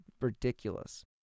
ridiculous